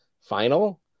final